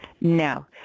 no